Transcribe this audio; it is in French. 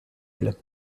règles